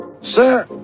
Sir